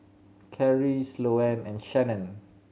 Karri Sloane and Shanon